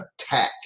attack